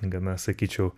gana sakyčiau